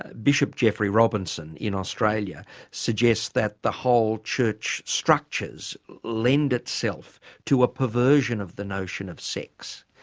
bishop geoffrey robinson in australia suggests that the whole church structures lend itself to a perversion of the notion of sex.